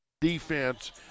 defense